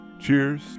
cheers